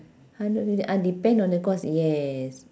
hundred fift~ ah depends on the course yes